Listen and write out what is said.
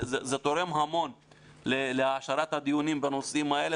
זה תורם המון להעשרת הדיונים בנושאים האלה.